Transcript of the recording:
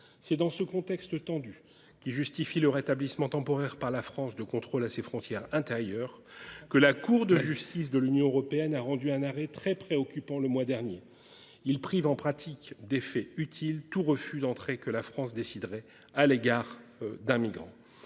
C’est dans ce contexte tendu, qui justifie le rétablissement temporaire par la France de contrôles à ses frontières intérieures, que la Cour de justice de l’Union européenne a rendu un arrêt très préoccupant le mois dernier : celui-ci prive, en pratique, d’effet utile tout refus d’entrée que la France déciderait à l’égard d’un migrant.